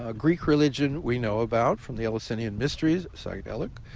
ah greek religion we know about from the eleusinian mysteries, sorry, and like